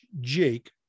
jake